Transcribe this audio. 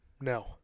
No